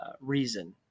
reason